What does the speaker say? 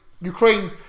Ukraine